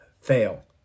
fail